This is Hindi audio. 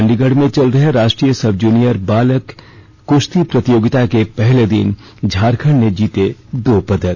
चंडीगढ़ में चल रहे राष्ट्रीय सब जूनियर बालक कुश्ती प्रतियोगिता के पहले दिन झारखंड ने जीते दो पदक